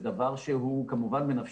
זה כמובן דבר שהוא בנפשנו,